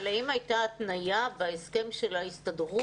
אבל האם הייתה התניה בהסכם של ההסתדרות?